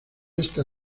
esta